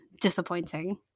disappointing